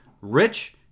rich